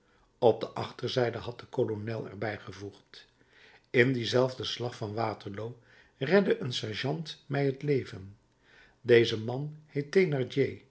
op de achterzijde had de kolonel er bij gevoegd in dienzelfden slag van waterloo redde een sergeant mij het leven deze man